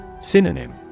Synonym